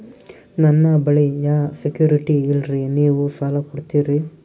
ನನ್ನ ಬಳಿ ಯಾ ಸೆಕ್ಯುರಿಟಿ ಇಲ್ರಿ ನೀವು ಸಾಲ ಕೊಡ್ತೀರಿ?